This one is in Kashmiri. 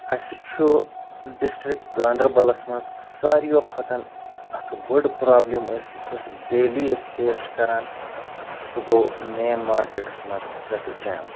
اَسہِ چھُ ڈِسٹِرٛک گاندَربَلَس منٛز سارویو کھۄتہٕ اَکھ بٔڑ پرٛابلِم أسۍ ڈیلی أسۍ فیس چھِ کَران سُہ گوٚو مین مارکیٹَس منٛز ٹرٛیفِک جام